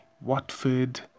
Watford